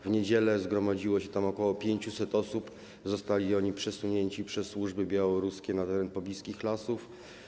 W niedzielę zgromadziło się tam ok. 500 osób, które zostały przesunięte przez służby białoruskie na teren pobliskich lasów.